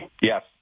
Yes